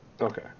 Okay